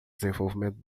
desenvolvimento